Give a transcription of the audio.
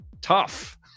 tough